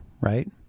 Right